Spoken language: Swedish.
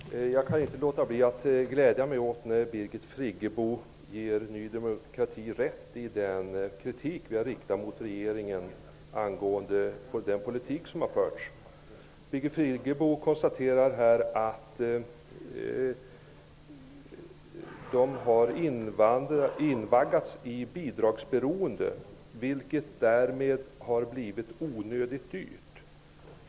Herr talman! Jag kan inte låta bli att glädja mig åt att Birgit Friggebo ger Ny demokrati rätt i den kritik som vi har riktat mot regeringen angående den förda politiken. Birgit Friggebo konstaterar att invandrare har invaggats i ett bidragsberoende. Det har blivit onödigt dyrt.